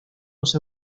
los